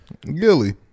Gilly